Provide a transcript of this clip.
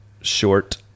short